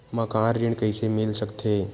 मकान ऋण कइसे मिल सकथे?